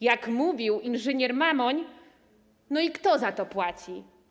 Jak mówił inżynier Mamoń: No i kto za to płaci?